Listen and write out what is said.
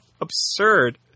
absurd